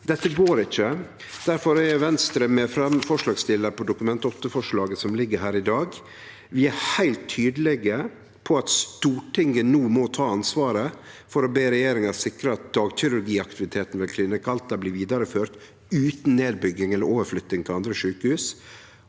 Dette går ikkje. Difor er Venstre med som forslagsstillar på Dokument 8-forslaget som ligg her i dag. Vi er heilt tydelege på at Stortinget no må ta ansvaret for å be regjeringa sikre at dagkirurgiaktiviteten ved Klinikk Alta blir vidareført utan nedbygging eller overflytting til andre sjukehus,